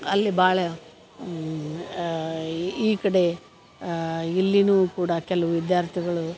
ಅಲ್ಲಿ ಭಾಳ ಈ ಈ ಕಡೆ ಇಲ್ಲಿಯೂ ಕೂಡ ಕೆಲ್ವು ವಿದ್ಯಾರ್ಥಿಗಳು